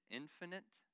infinite